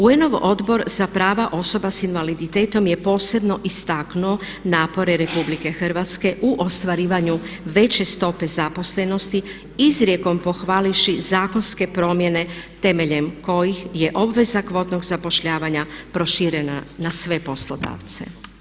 UN-ov Odbor za prava osoba s invaliditetom je posebno istaknuo napore Republike Hrvatske u ostvarivanju veće stope zaposlenosti izrijekom pohvalivši zakonske promjene temeljem kojih je obveza kvotnog zapošljavanja proširena na sve poslodavce.